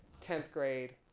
tenth grade,